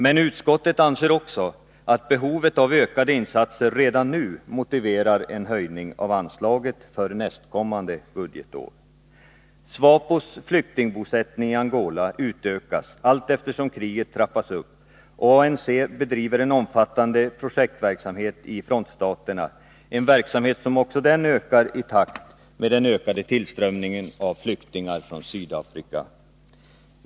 Men utskottet anser också att behovet av ökade insatser redan nu motiverar en höjning av anslaget för nästkommande budgetår. SWAPO:s flyktingbosättning i Angola utökas allteftersom kriget trappas upp, och ANC bedriver en omfattande projektverksamhet i frontstaterna, en verksamhet som också den ökar i takt med den ökade tillströmningen av flyktingar från Sydafrika.